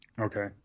okay